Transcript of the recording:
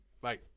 Bye